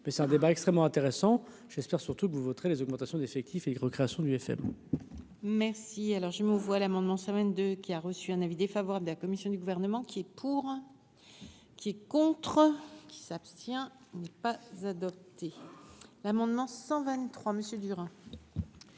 mais c'est un débat extrêmement intéressant, j'espère surtout que vous voterez les augmentations d'effectifs et création du FN. Merci, alors je me vois l'amendement semaine de qui a reçu un avis défavorable de la commission du gouvernement qui est pour, qui est contre. Qui s'abstient n'est pas adopté l'amendement 123 messieurs